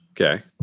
okay